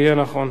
היה נכון.